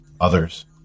others